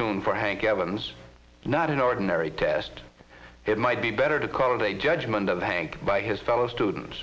soon for hank evans not an ordinary test it might be better to call it a judgment of hank by his fellow students